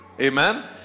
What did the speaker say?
amen